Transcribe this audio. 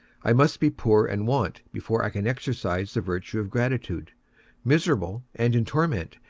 i must be poor and want before i can exercise the virtue of gratitude miserable, and in torment,